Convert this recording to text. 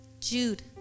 Jude